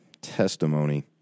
testimony